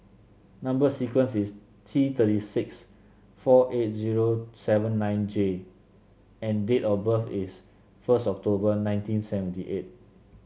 number sequence is T thirty six four eight zero seven nine J and date of birth is first October nineteen seventy eight